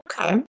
Okay